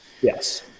Yes